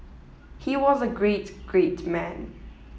he was a great great man